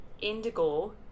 Indigo